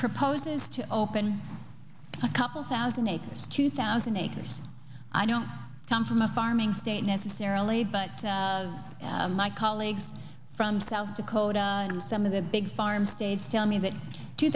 proposes to open a couple thousand acres two thousand acres i don't come from a farming state necessarily but my colleagues from south dakota and some of the big farm states tell me that two